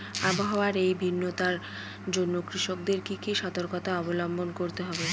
আবহাওয়ার এই ভিন্নতার জন্য কৃষকদের কি কি সর্তকতা অবলম্বন করতে হবে?